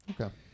Okay